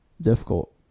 difficult